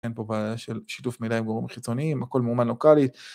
אין פה בעיה של שיתוף מידע עם גורמים חיצוניים, הכל מאומן לוקאלית.